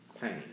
pain